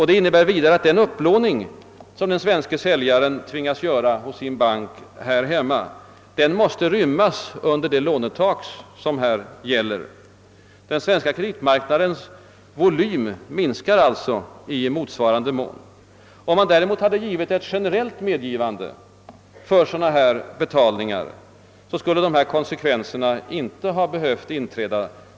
Det innebär vidare att den upplåning som den svenske säljaren tvingas göra hos sin bank här hemma måste rymmas under det lånetak som gäller hos oss. Den svenska kreditmarknadens volym minskar alltså i motsvarande mån. Om det däremot hade lämnats ett generellt medgivande för sådana här betalningar, skulle dessa konsekvenser inte ha behövt inträda.